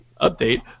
update